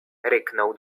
ryknął